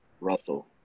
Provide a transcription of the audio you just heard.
Russell